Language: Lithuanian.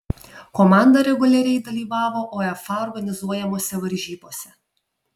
komanda reguliariai dalyvaudavo uefa organizuojamose varžybose